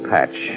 Patch